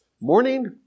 Morning